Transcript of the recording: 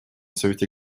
совете